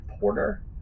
Porter